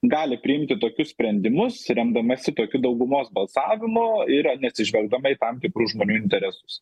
gali priimti tokius sprendimus remdamasi tokiu daugumos balsavimu ir neatsižvelgdama į tam tikrus žmonių interesus